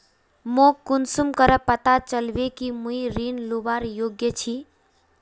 मोक कुंसम करे पता चलबे कि मुई ऋण लुबार योग्य छी?